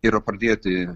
yra pradėti